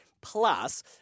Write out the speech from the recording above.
Plus